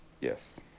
Yes